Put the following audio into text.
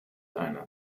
einer